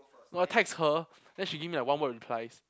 no I text her then she give me like one word replies